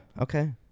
okay